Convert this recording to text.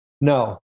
no